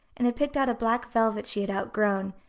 and had picked out a black velvet she had outgrown,